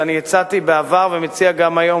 שהצעתי בעבר ואני מציע גם היום,